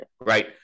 right